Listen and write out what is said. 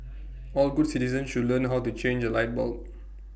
all good citizens should learn how to change A light bulb